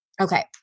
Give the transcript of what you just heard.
Okay